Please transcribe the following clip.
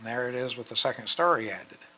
and there it is with the second story